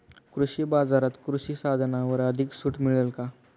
कृषी बाजारात कृषी साधनांवर अधिक सूट मिळेल का?